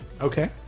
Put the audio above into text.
Okay